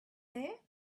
there